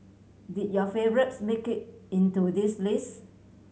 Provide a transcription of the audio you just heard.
did your favourites make it into this list